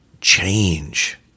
change